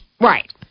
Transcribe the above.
Right